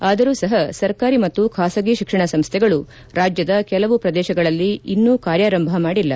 ಆದರೂ ಸಪ ಸರ್ಕಾರಿ ಮತ್ತು ಖಾಸಗಿ ಶಿಕ್ಷಣ ಸಂಸ್ಥೆಗಳು ರಾಜ್ಭದ ಕೆಲವು ಪ್ರದೇಶಗಳಲ್ಲಿ ಇನ್ನೂ ಕಾರ್ಯಾರಂಭ ಮಾಡಿಲ್ಲ